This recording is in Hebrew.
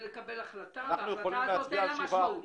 אנחנו יכולים להצביע על 7%?